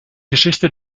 geschichte